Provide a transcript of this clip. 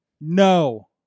No